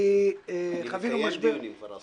אני מקיים כבר עשרות דיונים.